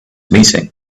meeting